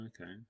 Okay